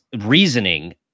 reasoning